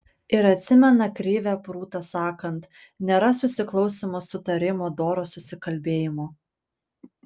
ir atsimena krivę prūtą sakant nėra susiklausymo sutarimo doro susikalbėjimo